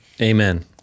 Amen